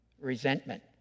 resentment